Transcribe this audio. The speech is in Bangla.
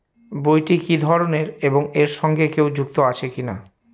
বইটি কি ধরনের এবং এর সঙ্গে কেউ যুক্ত আছে কিনা?